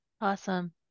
Awesome